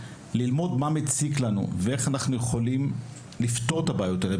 ללמוד מה מציק לנו ואיך אנחנו יכולים לפתור את הבעיות האלה,